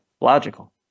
logical